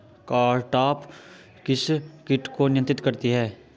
Cartap किस किट को नियंत्रित करती है?